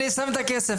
אני שם את הכסף.